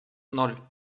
ноль